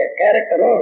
character